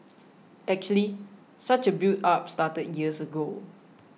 actually such a buildup started years ago